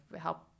help